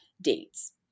dates